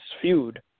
feud